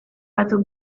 batzuk